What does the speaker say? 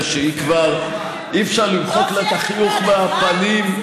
שכבר אי-אפשר למחוק לה את החיוך מהפנים.